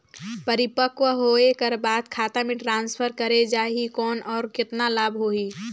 परिपक्व होय कर बाद खाता मे ट्रांसफर करे जा ही कौन और कतना लाभ होही?